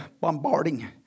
bombarding